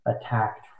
attacked